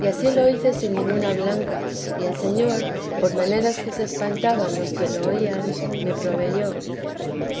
y ansí lo hice sin ninguna blanca y el señor por manera que se espantaban los que lo oían me proveyó